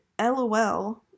lol